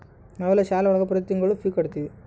ನಾವೆಲ್ಲ ಶಾಲೆ ಒಳಗ ಪ್ರತಿ ತಿಂಗಳು ಫೀ ಕಟ್ಟುತಿವಿ